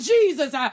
Jesus